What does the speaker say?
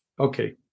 Okay